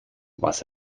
was